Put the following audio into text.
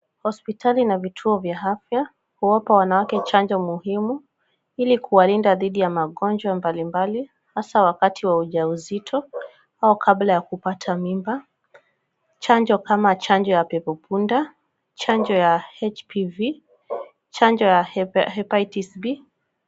Hospitali na vituo vya afya, huwapa wanawake chanjo muhimu, ili kuwalinda dhidi ya magonjwa mbalimbali hasa wakati wa ujauzito au kabla ya kupata mimba, chanjo kama chanjo ya pepopunda, chanjo ya HPV, chanjo ya Hepatitis B.